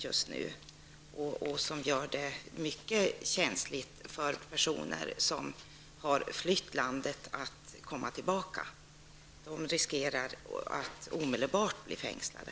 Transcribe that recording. Det gör det mycket känsligt för personer som har flytt landet att komma tillbaka. Dessa personer riskerar att omedelbart bli fängslade.